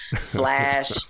slash